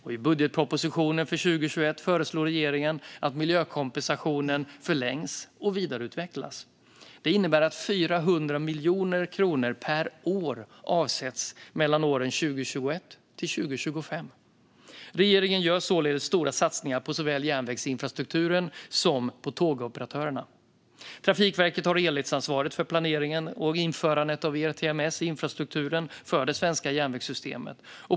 I budgetpropositionen för 2021 föreslår regeringen att miljökompensationen förlängs och vidareutvecklas. Det innebär att 400 miljoner kronor per år avsätts mellan åren 2021 och 2025. Regeringen gör således stora satsningar på såväl järnvägsinfrastrukturen som tågoperatörer. Trafikverket har helhetsansvaret för planeringen och införandet av ERTMS i infrastrukturen för det svenska järnvägssystemet.